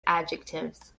adjectives